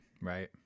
Right